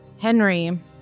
Henry